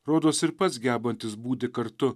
rodos ir pats gebantis būti kartu